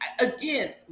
again